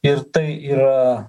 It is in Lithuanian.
ir tai yra